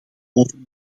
over